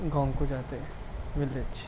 گاؤں کو جاتے ولیج